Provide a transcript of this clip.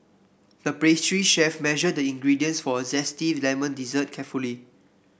the pastry chef measured the ingredients for a zesty lemon dessert carefully